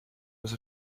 with